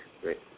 Great